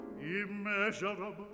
immeasurable